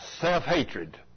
Self-hatred